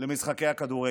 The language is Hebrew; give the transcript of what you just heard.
למשחקי הכדורגל.